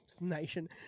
nation